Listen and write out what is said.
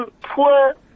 poor